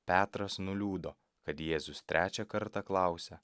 petras nuliūdo kad jėzus trečią kartą klausia